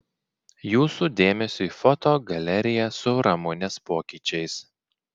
jūsų dėmesiui foto galerija su ramunės pokyčiais